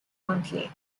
monthly